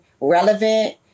relevant